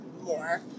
more